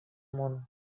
amunt